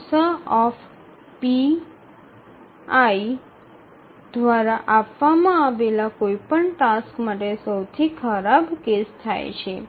ગુસાઅF pi દ્વારા આપવામાં આવેલા કોઈપણ ટાસ્ક માટે સૌથી ખરાબ કેસ થાય છે